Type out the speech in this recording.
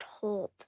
told